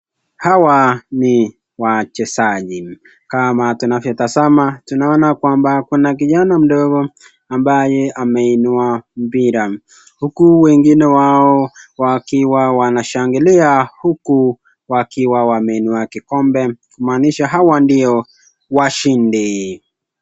Hawa ni wachezaji, kama tunavyotazama tunaona kwamba kuna kijana mdogo ambaye ameinua mpira huku wengine wao wakiwa wanashangilia huku wakiwa wameinua kikombe, kumaanisha hawa ndio washindi.